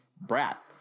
brat